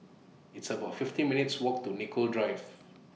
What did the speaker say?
It's about fifteen minutes' Walk to Nicoll Drive